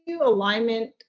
alignment